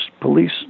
police